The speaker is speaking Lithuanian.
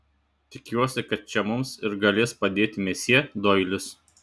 tikiuosi kad čia mums ir galės padėti mesjė doilis